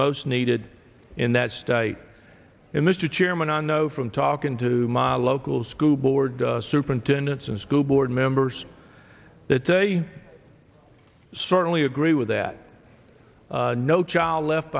most needed in that state in the chairman i know from talking to my local school board superintendents and school board members that they certainly agree with that no child left